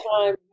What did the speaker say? time